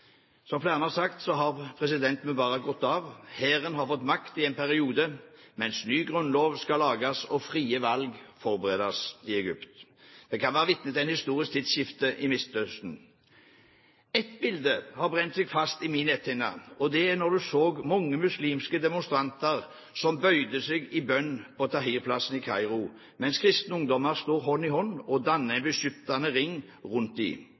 Som flere andre har sagt, har President Mubarak gått av. Hæren har fått makt i en periode, mens ny grunnlov skal lages og frie valg forberedes i Egypt. Vi kan være vitne til et historisk tidsskifte i Midtøsten. Ett bilde har brent seg fast på min netthinne – mange muslimske demonstranter som bøyde seg i bønn på Tahrir-plassen i Kairo, mens kristne ungdommer sto hånd i hånd og dannet en beskyttende ring rundt dem. De